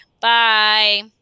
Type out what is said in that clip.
Bye